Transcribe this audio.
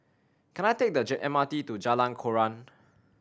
can I take the J M R T to Jalan Koran